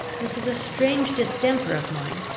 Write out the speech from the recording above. this is a strange distemper of mine.